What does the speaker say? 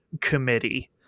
committee